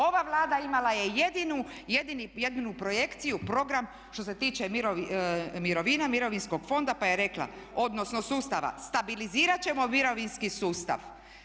Ova Vlada imala je jedinu projekciju program što se tiče mirovina, mirovinskog fonda pa je rekla odnosno sustava stabilizirat ćemo mirovinski sustav.